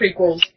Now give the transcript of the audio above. prequels